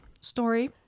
story